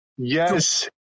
Yes